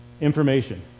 information